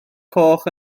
coch